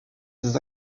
des